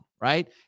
right